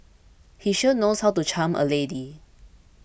he sure knows how to charm a lady